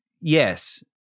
yes